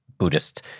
Buddhist